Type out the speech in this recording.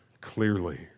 clearly